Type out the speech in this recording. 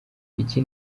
iki